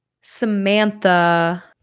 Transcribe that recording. Samantha